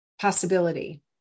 possibility